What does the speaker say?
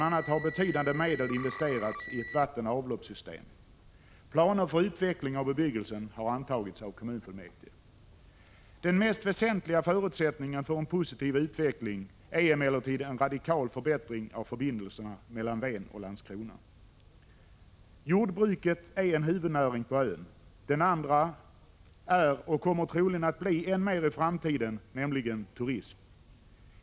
a. har betydande medel investerats i ett vattenoch avloppssystem. Planer för en utveckling av bebyggelsen har antagits av kommunfullmäktige. Den mest väsentliga förutsättningen för en positiv utveckling är emellertid en radikal förbättring av förbindelserna mellan Ven och Landskrona. Jordbruket är den ena huvudnäringen på ön. Den andra är turismen, och den kommer troligen att bli än mer betydelsefull i framtiden.